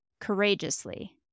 courageously